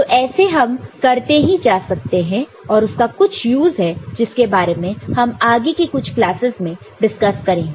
तो ऐसे हम करते ही जा सकते हैं और उसका कुछ यूज़ है जिसके बारे में हम आगे के कुछ क्लासेस में डिस्कस करेंगे